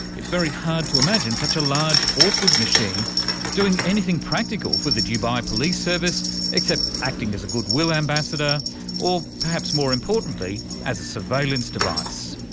it's very hard to imagine such a large awkward machine doing anything practical for the dubai police service except acting as a goodwill ambassador or, perhaps more importantly, as a surveillance device.